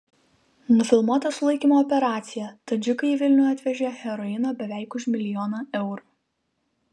nufilmuota sulaikymo operacija tadžikai į vilnių atvežė heroino beveik už milijoną eurų